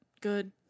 Good